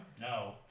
No